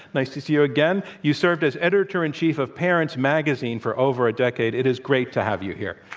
nice to see you again. you've served as editor and chief of parents magazine for over a decade. it is great to have you here.